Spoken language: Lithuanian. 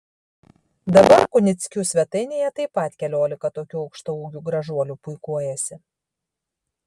dabar kunickių svetainėje taip pat keliolika tokių aukštaūgių gražuolių puikuojasi